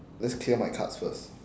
let's clear my cards first